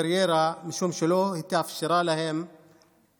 לקריירה משום שלא התאפשרה ההזדמנות,